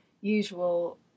usual